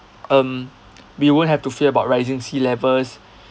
um we won't have to fear about rising sea levels